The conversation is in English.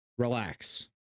Relax